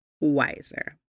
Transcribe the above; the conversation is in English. wiser